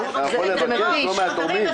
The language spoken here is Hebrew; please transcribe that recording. חברים,